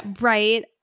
Right